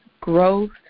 growth